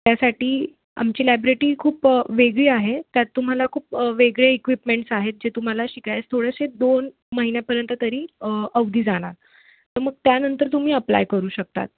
त्यासाठी आमची लायब्रेटी खूप वेगळी आहे त्यात तुम्हाला खूप वेगळे इक्विपमेंट्स आहेत जे तुम्हाला शिकायचं थोडंसं दोन महिन्यापर्यंत तरी अवधी जाणार तर मग त्यानंतर तुम्ही अप्लाय करू शकतात